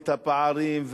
ואת הפערים,